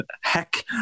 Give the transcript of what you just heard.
heck